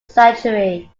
sanctuary